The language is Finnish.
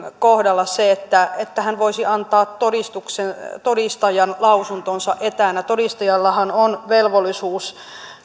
kohdalla se että että hän voisi antaa todistuksen todistajanlausuntonsa etänä todistajallahan on velvollisuus